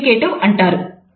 kinesics అంటారు